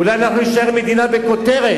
אולי אנחנו נישאר מדינה בכותרת,